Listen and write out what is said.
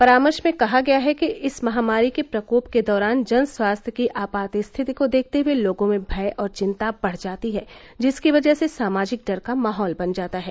परामर्श में कहा गया है कि इस महामारी के प्रकोप के दौरान जन स्वास्थ्य की आपात स्थिति को देखते हुए लोगों में भय और चिंता बढ़ जाती है जिसकी वजह से सामाजिक डर का माहौल बन जाता है